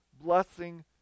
blessing